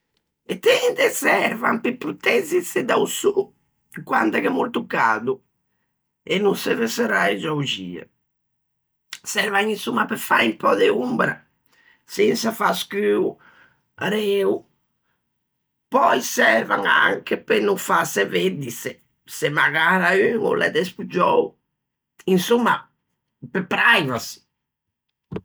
E tende servan pe protezzise da-o sô, quande gh'é molto cado e no se veu serrâ e giöxie. Servan insomma pe fâ un pö de ombra, sensa fâ scuo areo. Pöi servan anche pe no fäse veddise, se magara un o l'é despoggiou, insomma pe privacy.